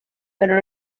pero